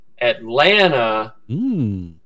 Atlanta